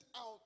out